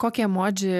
kokį emodžį